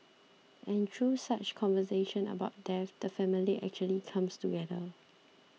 and through such conversations about death the family actually comes together